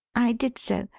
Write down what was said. i did so.